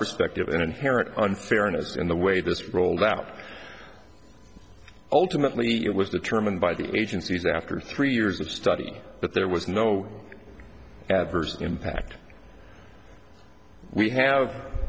perspective an inherent unfairness in the way this rolled out ultimately it was determined by the agencies after three years of study but there was no adverse impact we have